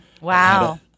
Wow